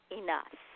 enough